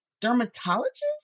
dermatologist